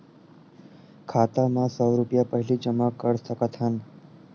खाता मा सौ रुपिया पहिली जमा कर सकथन?